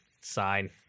sign